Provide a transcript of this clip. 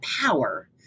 power